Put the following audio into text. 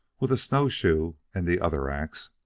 with a snowshoe and the other ax,